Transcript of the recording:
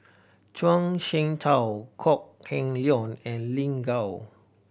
Zhuang Shengtao Kok Heng Leun and Lin Gao